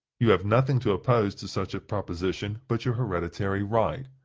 you have nothing to oppose to such a proposition but your hereditary right.